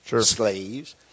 slaves